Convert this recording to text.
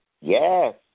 yes